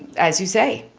as you say,